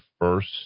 first